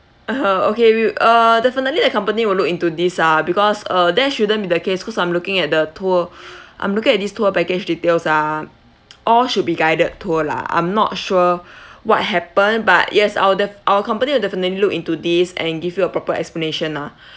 (uh huh) okay we uh definitely the company will look into this ah because uh that shouldn't be the case cause I'm looking at the tour I'm looking at this tour package details ah all should be guided tour lah I'm not sure what happened but yes I will def~ our company will definitely look into this and give you a proper explanation lah